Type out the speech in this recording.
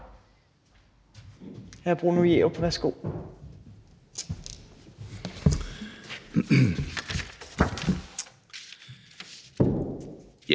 Hr. Bruno Jerup, værsgo. Kl.